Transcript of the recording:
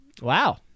Wow